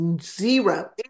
zero